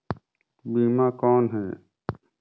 बीमा कौन है?